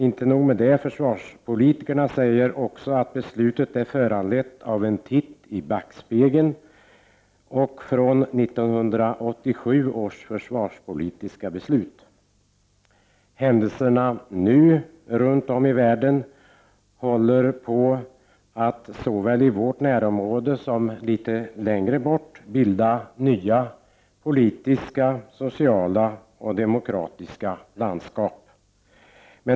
Inte nog med det — försvarspolitikerna säger att beslutet är föranlett av en titt i backspegeln och av 1987 års försvarspolitiska beslut. Händelserna nu runt om i världen håller på såväl i vårt närområde som litet längre bort att bilda nya politiska, sociala och demokratiska landskap.